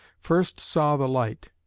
first saw the light.